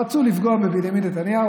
רצו לפגוע בבנימין נתניהו,